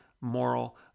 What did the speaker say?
moral